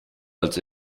als